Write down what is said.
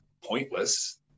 pointless